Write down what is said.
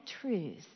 truth